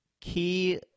Key